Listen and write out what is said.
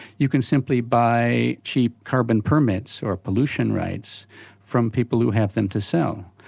you can simply buy cheap carbon permits or pollution rights from people who have them to sell.